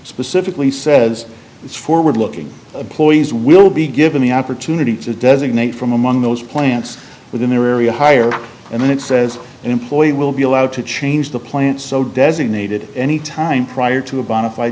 specifically says it's forward looking ploys will be given the opportunity to designate from among those plants within the area higher and then it says an employee will be allowed to change the plant so designated any time prior to a bonafide